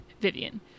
Vivian